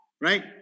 right